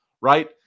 right